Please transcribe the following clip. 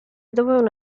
dovevano